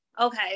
Okay